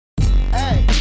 hey